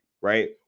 right